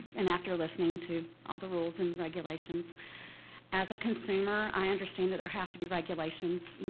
and after listening to all the rules and regulations as a consumer, i understand that there have to be regulations, you